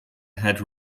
had